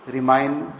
Remind